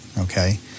Okay